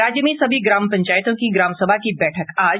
राज्य में सभी ग्राम पंचायतों की ग्राम सभा की बैठक आज